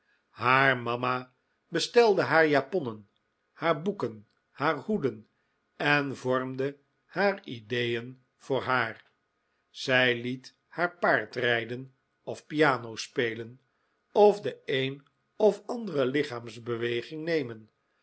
haar mama bestelde haar japonnen haar boeken haar hoeden en vormde haar ideeen voor haar zij liet haar paardrijden of pianospelen of de een of andere lichaamsbeweging nemen